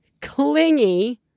clingy